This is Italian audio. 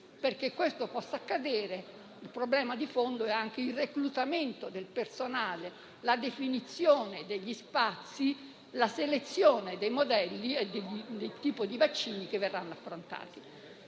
vaccinate prima di altre. Il problema di fondo è ovviamente il reclutamento del personale, la definizione degli spazi, la selezione dei modelli e del tipo di vaccini che verranno approntati.